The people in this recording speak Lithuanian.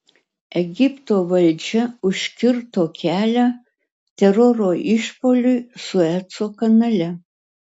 egipto valdžia užkirto kelią teroro išpuoliui sueco kanale